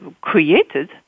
created